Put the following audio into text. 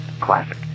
Classic